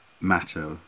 matter